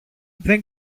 δεν